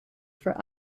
for